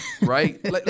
right